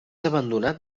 abandonat